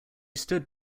stood